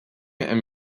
and